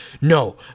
no